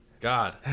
God